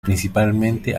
principalmente